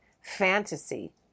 fantasy